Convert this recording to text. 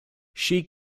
she